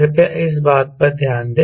कृपया इस बात पर ध्यान दें